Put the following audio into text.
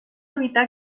evitar